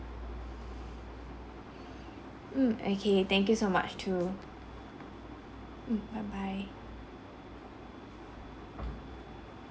mm okay thank you so much too mm bye bye